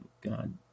God